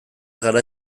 gara